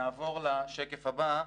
נעבור לשקף הבא.